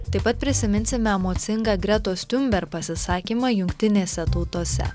taip pat prisiminsime emocingą gretos tiunber pasisakymą jungtinėse tautose